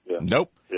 Nope